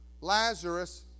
Lazarus